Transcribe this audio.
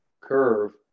curve